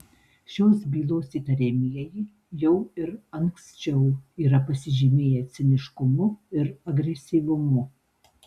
šios bylos įtariamieji jau ir anksčiau yra pasižymėję ciniškumu ir agresyvumu